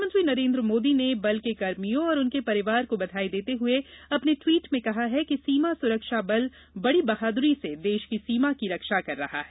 प्रधानमंत्री नरेन्द्र मोदी ने बल के कर्मियों और उनके परिवार को बधाई देते हुए अपने टवीट में कहा है कि सीमा सुरक्षा बल बड़ी बहादुरी से देश की सीमा की रक्षा कर रहा है